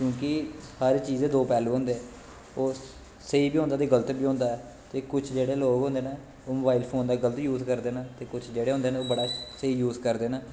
क्योंकि हर चीज़दे दो पैह्लू होंदे ओह् स्हेई बी होंदा ते गल्त बी होंदा कुश जेह्ॅड़े लोग होंदे न फोन दा गल्त इस्तेमाल करदे न त् कुश जेह्ड़े होंदे न ओह् बड़ा स्हेई यूज़ करदे न